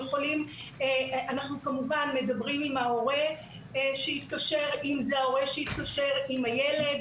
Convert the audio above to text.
אנחנו כמובן מדברים עם ההורים שהתקשר, עם הילד.